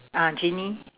ah genie